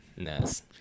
nice